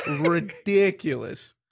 Ridiculous